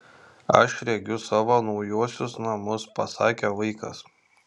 aš regiu savo naujuosius namus pasakė vaikas